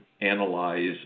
analyze